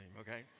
okay